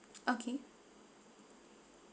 okay